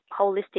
holistic